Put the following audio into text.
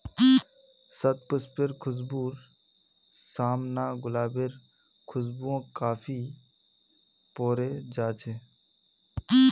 शतपुष्पेर खुशबूर साम न गुलाबेर खुशबूओ फीका पोरे जा छ